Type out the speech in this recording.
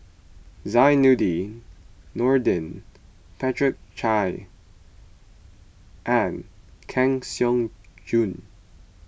Zainudin Nordin Patricia Chan and Kang Siong Joo